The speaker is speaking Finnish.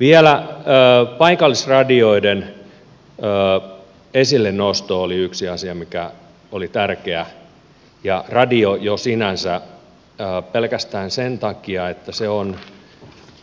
vielä paikallisradioiden esillenosto oli yksi asia mikä oli tärkeä ja radio jo sinänsä pelkästään sen takia että se on